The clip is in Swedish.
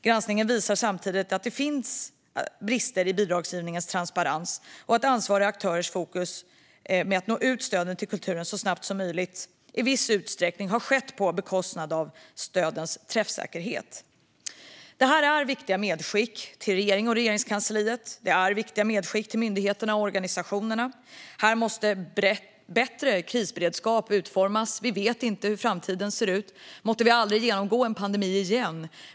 Granskningen visar samtidigt att det finns brister i bidragsgivningens transparens och att ansvariga aktörers fokus på att nå ut med stöden till kulturen så snabbt som möjligt i viss utsträckning lett till minskad träffsäkerhet. Det här är viktiga medskick till regeringen och Regeringskansliet och till myndigheterna och organisationerna. Här måste bättre krisberedskap utformas. Vi vet inte hur framtiden ser ut. Måtte vi aldrig genomgå en pandemi igen!